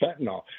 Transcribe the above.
fentanyl